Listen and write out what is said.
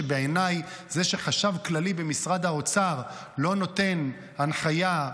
שבעיניי זה שחשב כללי במשרד האוצר לא נותן הנחיה,